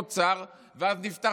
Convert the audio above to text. מלביצקי.